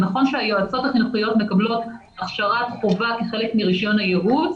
זה נכון שהיועצות החינוכיות מקבלות הכשרת חובה כחלק מרישיון הייעוץ,